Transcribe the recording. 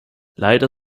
leider